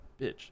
bitch